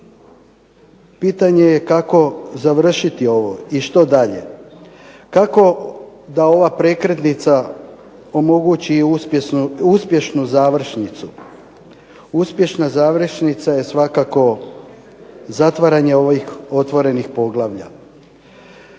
pitanje je kako završiti ovo i što dalje? Kako da ova prekretnica omogući uspješnu završnicu? Uspješna završnica je svakako zatvaranje ovih otvorenih poglavlja.